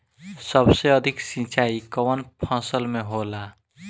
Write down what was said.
सबसे अधिक सिंचाई कवन फसल में होला?